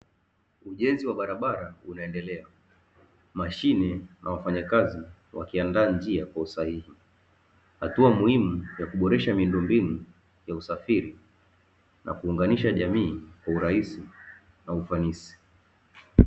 Ujenzi wa barabara unaendelea, mashine na wafanyakazi wakiandaa njia kwa usahihi. Hatua muhimu ya kuboresha miundombinu ya usafiri na kuunganisha jamii kwa urahisi na ufanisi.